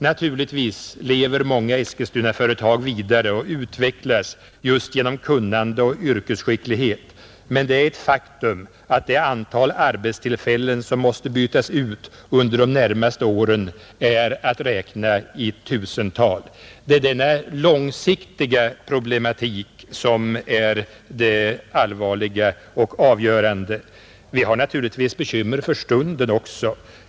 Naturligtvis lever många Eskilstunaföretag vidare och utvecklas just genom kunnande och yrkesskicklighet, men det är ett faktum att det antal arbetstillfällen som måste bytas ut under de närmaste åren är att räkna i tusental. Det är denna långsiktiga problematik som är det allvarliga och avgörande, Vi har naturligtvis bekymmer för stunden också.